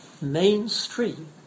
Mainstream